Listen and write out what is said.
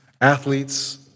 athletes